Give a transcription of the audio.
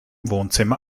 wohnzimmer